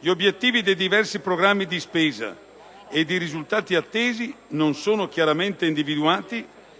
gli obiettivi dei diversi programmi di spesa ed i risultati attesi non sono chiaramente individuati